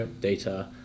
data